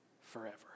forever